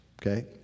Okay